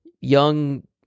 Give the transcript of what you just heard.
Young